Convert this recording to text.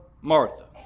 Martha